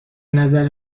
نظر